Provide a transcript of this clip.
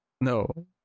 No